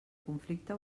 conflicte